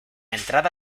entrada